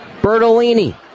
Bertolini